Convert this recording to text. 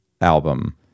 album